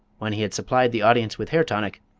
when he had supplied the audience with hair tonic,